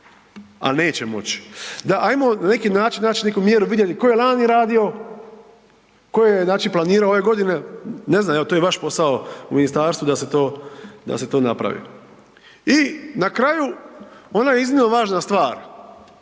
a neće moć. Da, ajmo na neki način nać neku mjeru, vidjeti ko je lani radio, ko je znači planiro ove godine, ne znam, evo to je vaš posao u ministarstvu da se to, da se to napravi. I na kraju, ona je iznimno važna stvar.